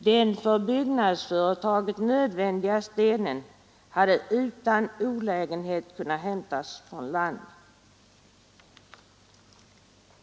Den för byggnadsföretaget nödvändiga stenen hade utan olägenhet kunnat hämtas från land.